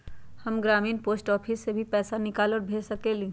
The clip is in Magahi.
हम ग्रामीण पोस्ट ऑफिस से भी पैसा निकाल और भेज सकेली?